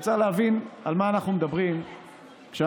צריך להבין על מה אנחנו מדברים כשאנחנו